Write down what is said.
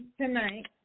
tonight